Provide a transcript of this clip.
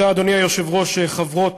אדוני היושב-ראש, תודה, חברות